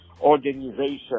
organization